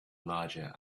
larger